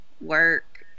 work